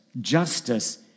justice